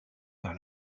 par